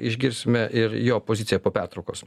išgirsime ir jo poziciją po pertraukos